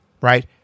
right